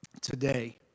today